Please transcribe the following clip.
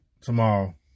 tomorrow